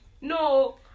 No